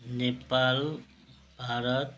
Nepal Bharat